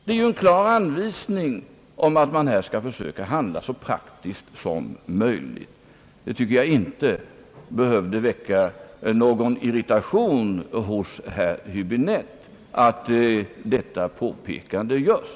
Det är ju en klar anvisning om att man här skall försöka handla så praktiskt som möjligt. Jag tycker inte att det behövt väcka någon irritation hos herr Häbinetite att detta påpekande göres.